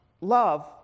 love